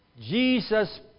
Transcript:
Jesus